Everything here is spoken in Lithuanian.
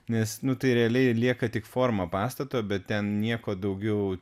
nes nu tai realiai lieka tik forma pastato bet ten nieko daugiau